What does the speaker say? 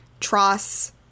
Tross